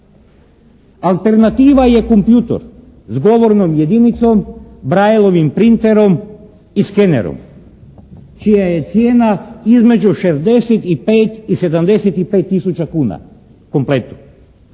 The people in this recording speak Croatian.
Alternativa je kompjuter s govornom jedinicom, Braillovim printerom i skenerom čija je cijena između 65 i 75 tisuća kuna u kompletu.